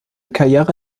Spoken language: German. karriere